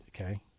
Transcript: Okay